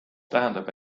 tähendab